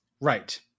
Right